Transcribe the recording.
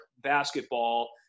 basketball